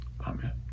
Amen